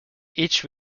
each